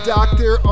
Doctor